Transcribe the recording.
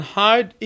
hide